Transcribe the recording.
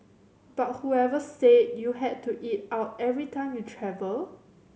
but whoever said you had to eat out every time you travel